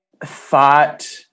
thought